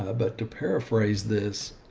ah but to paraphrase this,